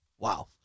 Wow